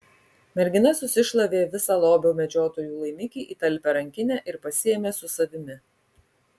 mergina susišlavė visą lobio medžiotojų laimikį į talpią rankinę ir pasiėmė su savimi